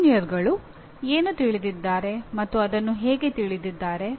ಎಂಜಿನಿಯರ್ಗಳು ಏನು ತಿಳಿದಿದ್ದಾರೆ ಮತ್ತು ಅದನ್ನು ಹೇಗೆ ತಿಳಿದಿದ್ದಾರೆ